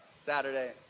Saturday